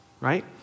right